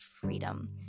freedom